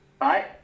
right